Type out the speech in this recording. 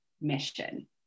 mission